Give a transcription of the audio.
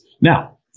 Now